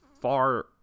far